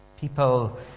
people